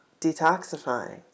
detoxifying